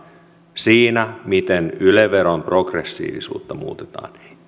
se miten yle veron progressiivisuutta muutetaan